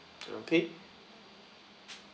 okay